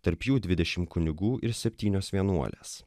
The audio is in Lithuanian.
tarp jų dvidešim kunigų ir septynios vienuolės